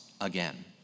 again